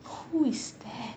who is that